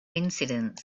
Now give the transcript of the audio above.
incidents